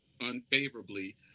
unfavorably